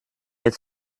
its